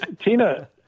Tina